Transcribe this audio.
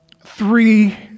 three